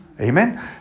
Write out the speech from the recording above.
Amen